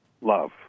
love